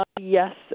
Yes